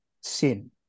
sin